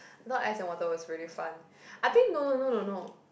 not ice and water was really fun I think no no no no no